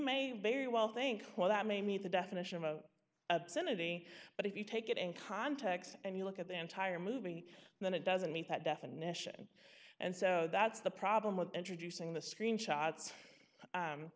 may very well think well that may meet the definition of obscenity but if you take it in context and you look at the entire movie then it doesn't meet that definition and so that's the problem with introducing the screenshots